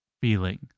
feeling